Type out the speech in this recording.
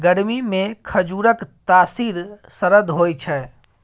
गरमीमे खजुरक तासीर सरद होए छै